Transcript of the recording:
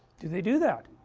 do they do that?